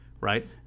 right